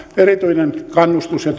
erityinen kannustus ja